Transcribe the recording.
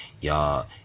Y'all